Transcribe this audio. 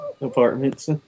apartments